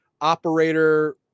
operator